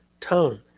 tone